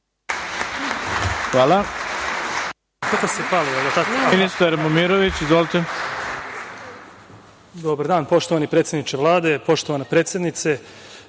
Hvala